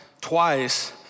twice